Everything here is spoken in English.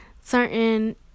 certain